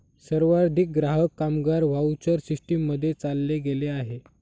सर्वाधिक ग्राहक, कामगार व्हाउचर सिस्टीम मध्ये चालले गेले आहे